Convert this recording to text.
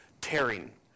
tearing